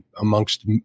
amongst